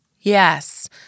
Yes